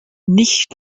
nicht